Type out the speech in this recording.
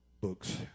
books